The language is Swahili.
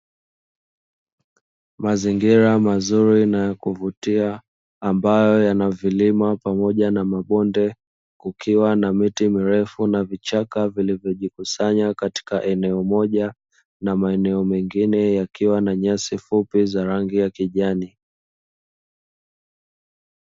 Mazingira mazuri na yakuvutia ambayo yana milima pamoja na mabonde, kukiwa na miti mirefu na vichaka vilivyojikusanywa katika eneo moja na maeneo mengi yakiwa na nyasi fupi za rangi ya kijani.